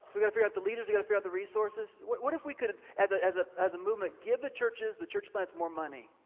we gotta figure out the leaders, we gotta figure out the resources. what what if we could and as ah as a movement, give the churches, the church plans more money.